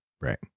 right